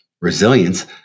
resilience